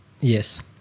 yes